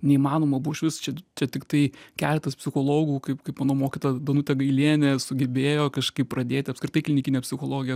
neįmanoma buvo išvis čia čia tiktai keletas psichologų kaip kaip mano mokytoja danutė gailienė sugebėjo kažkaip pradėti apskritai klinikinė psichologija